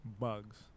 Bugs